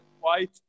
White